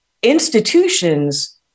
institutions